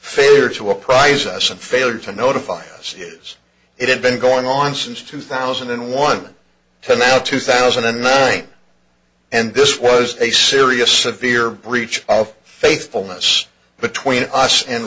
failure to apprise us and failure to notify us years it had been going on since two thousand and one to now two thousand and nine and this was a serious severe breach of faithfulness between us and